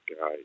guy